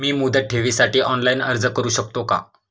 मी मुदत ठेवीसाठी ऑनलाइन अर्ज करू शकतो का?